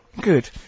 Good